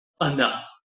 enough